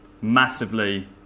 massively